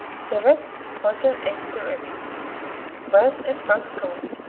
chevrets, ponta and st. remy bresse and franche-comte,